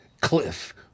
cliff